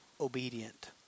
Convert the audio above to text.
obedient